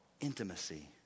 intimacy